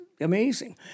amazing